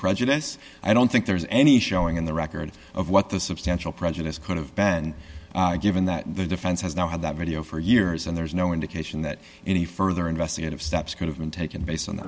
prejudice i don't think there's any showing in the record of what the substantial prejudice could have been given that the defense has now had that video for years and there's no indication that any further investigative steps could have been taken based on